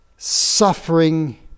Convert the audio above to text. Suffering